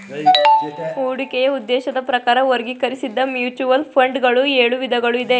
ಹೂಡಿಕೆಯ ಉದ್ದೇಶದ ಪ್ರಕಾರ ವರ್ಗೀಕರಿಸಿದ್ದ ಮ್ಯೂಚುವಲ್ ಫಂಡ್ ಗಳು ಎಳು ವಿಧಗಳು ಇದೆ